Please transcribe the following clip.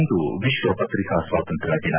ಇಂದು ವಿಶ್ವ ವತ್ರಿಕಾ ಸ್ವಾತಂತ್ರ್ತ ದಿನ